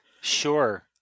sure